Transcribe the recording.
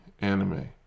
anime